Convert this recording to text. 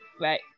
Right